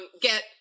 get